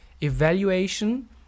evaluation